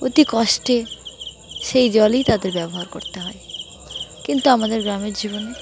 অতি কষ্টে সেই জলই তাদের ব্যবহার করতে হয় কিন্তু আমাদের গ্রামের জীবনে